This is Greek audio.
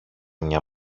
μια